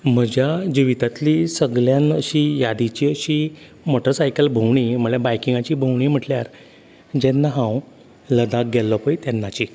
म्हज्या जिवितांतली सगल्यान अशी यादीची अशी मोटसायकल भोंवडी म्हटल्या बायकीगांची भोंवडी म्हटल्यार जेन्ना हांव लदाख गेल्लों पळय तेन्नाची